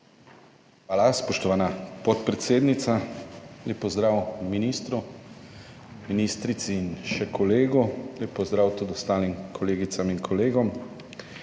Hvala, spoštovana podpredsednica. Lep pozdrav ministru, ministrici in še kolegu, lep pozdrav tudi ostalim kolegicam in kolegom!